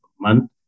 month